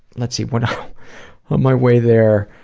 let's see but on my way there,